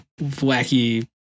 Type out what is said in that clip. wacky